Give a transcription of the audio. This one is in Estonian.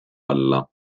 alla